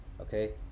okay